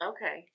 Okay